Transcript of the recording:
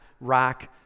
rock